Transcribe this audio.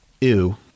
ew